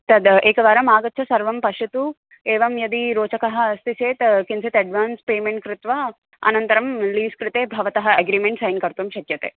तद् एकवारम् आगत्य पश्यतु एवं यदि रोचकः अस्ति चेत् किञ्चित् एड्वान्स् पेमेण्ट् कृत्वा अनन्तरं लीस् कृते भवतः अग्रिमेण्ट् सैन् कर्तुं शक्यते